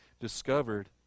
discovered